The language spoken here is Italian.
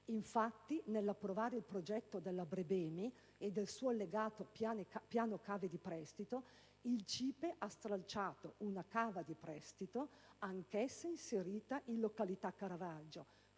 infatti, nell'approvare il progetto della BreBeMi e del suo allegato «Piano cave di prestito», il CIPE ha stralciato una cava di prestito, anch'essa inserita in località Caravaggio,